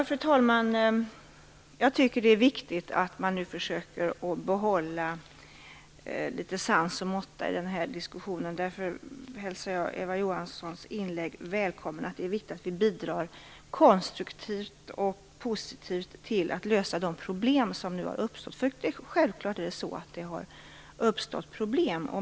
Fru talman! Det är viktigt att man nu försöker behålla litet sans och måtta i den här diskussionen. Därför hälsar jag Eva Johanssons inlägg välkommet. Det är viktigt att vi bidrar konstruktivt och positivt till att lösa de problem som nu, självfallet, har uppstått.